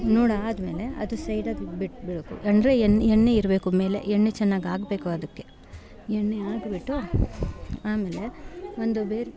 ನೋಡಾದಮೇಲೆ ಅದು ಸೈಡಲ್ಲಿ ಬಿಟ್ಬಿಡಬೇಕು ಅಂದರೆ ಎಣ್ಣೆ ಎಣ್ಣೆ ಇರಬೇಕು ಮೇಲೆ ಎಣ್ಣೆ ಚೆನ್ನಾಗಿ ಹಾಕ್ಬೇಕು ಅದಕ್ಕೆ ಎಣ್ಣೆ ಹಾಕ್ಬೇಕು ಆಮೇಲೆ ಒಂದು ಬೇರೆ